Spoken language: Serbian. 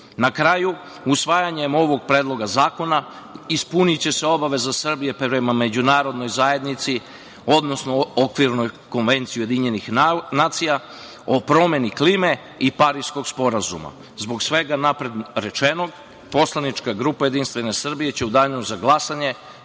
kraju, usvajanjem ovog Predloga zakona ispuniće se obaveza Srbije prema međunarodnoj zajednici, odnosno Okvirnoj konvenciji UN o promeni klime i Pariskog sporazuma. Zbog svega napred rečenog poslanička grupa JS će u danu da glasanje